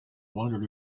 wondered